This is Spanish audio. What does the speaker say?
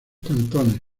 cantones